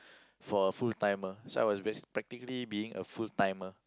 for a full timer so I was bas~ practically being a full timer